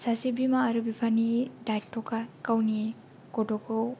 सासे बिमा आरो बिफानि दायथ'खा गावनि गथ'खौ